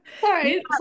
Sorry